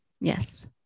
Yes